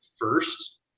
first